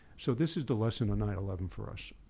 so this is the lesson on nine eleven for us